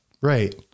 Right